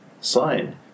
sign